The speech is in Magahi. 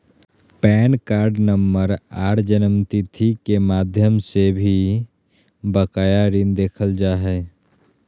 पैन कार्ड नम्बर आर जन्मतिथि के माध्यम से भी बकाया ऋण देखल जा हय